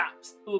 stop